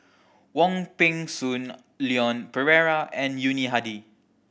Wong Peng Soon Leon Perera and Yuni Hadi